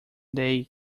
they